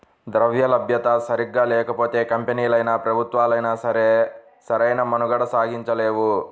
ద్రవ్యలభ్యత సరిగ్గా లేకపోతే కంపెనీలైనా, ప్రభుత్వాలైనా సరే సరైన మనుగడ సాగించలేవు